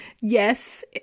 Yes